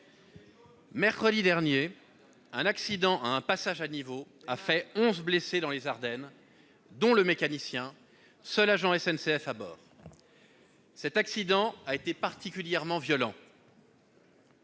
Mercredi dernier, un accident à un passage à niveau dans les Ardennes a fait onze blessés, dont le mécanicien, seul agent SNCF à bord. Cet accident a été particulièrement violent,